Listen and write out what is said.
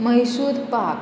Mysore pak